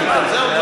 מצביעים?